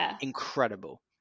incredible